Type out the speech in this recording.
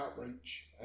outreach